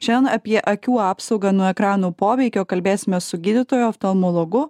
šian apie akių apsaugą nuo ekranų poveikio kalbėsimės su gydytoju oftalmologu